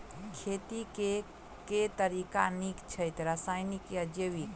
खेती केँ के तरीका नीक छथि, रासायनिक या जैविक?